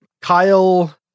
Kyle